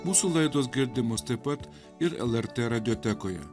mūsų laidos girdimos taip pat ir lrt radiotekoje